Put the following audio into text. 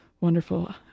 wonderful